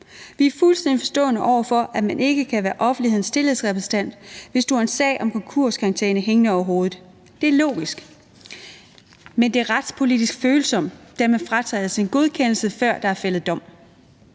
Vi er fuldstændig forstående over for, at man ikke kan være offentlighedens tillidsrepræsentant, hvis man har en sag om konkurskarantæne hængende over hovedet. Det er logisk. Men det er retspolitisk følsomt, da man fratages sin godkendelse, før der er fældet dom.